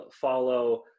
follow